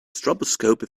stroboscope